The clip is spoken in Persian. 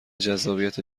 جذابیت